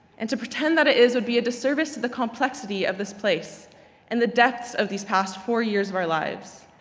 and to pretend that it is would be a disservice to the complexity of this place and the depths of these past four years of our lives.